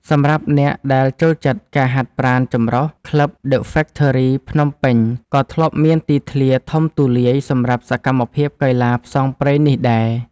សម្រាប់អ្នកដែលចូលចិត្តការហាត់ប្រាណចម្រុះ ក្លឹប ដឹ ហ្វ៊ែកថឺរី ភ្នំពេញ ក៏ធ្លាប់មានទីធ្លាធំទូលាយសម្រាប់សកម្មភាពកីឡាផ្សងព្រេងនេះដែរ។